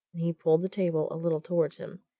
and he pulled the table a little towards him,